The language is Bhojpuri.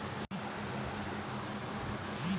अउरी कई तरह के टेक्स देहल जाला